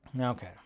Okay